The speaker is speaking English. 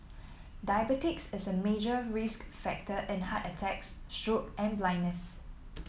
diabetes is a major risk factor in heart attacks stroke and blindness